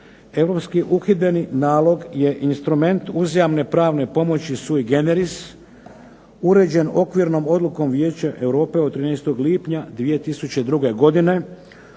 Europski uhidbeni nalog je instrument uzajamne pravne pomoći sui generis uređen okvirnom Odlukom vijeća Europe od 13. lipnja 2002. godine